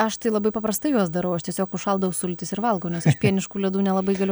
aš tai labai paprastai juos darau aš tiesiog užšaldau sultis ir valgau nes aš pieniškų ledų nelabai galiu